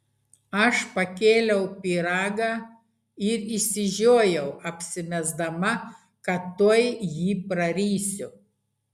aš pakėliau pyragą ir išsižiojau apsimesdama kad tuoj jį prarysiu